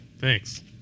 thanks